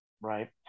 right